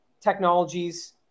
technologies